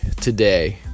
today